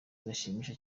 biranshimisha